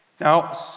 Now